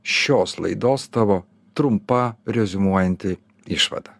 šios laidos tavo trumpa reziumuojanti išvada